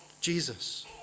Jesus